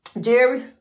Jerry